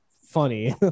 funny